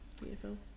beautiful